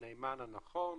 הנאמן הנכון,